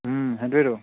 সেইটোৱেইতো